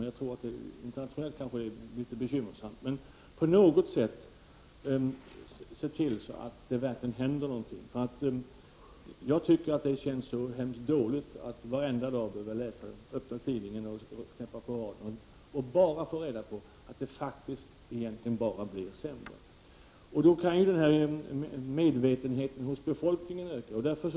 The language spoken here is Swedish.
I ett internationellt samarbete kan det bli litet bekymmersammare. Men vi måste alltså på något sätt se till att det verkligen händer någonting. Det känns mycket dåligt att varenda dag öppna tidningen eller knäppa på radion och få reda på att det egentligen bara blir sämre. Även medvetenheten hos befolkningen kan öka.